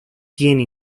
tiene